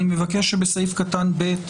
שבסעיף קטן (ב)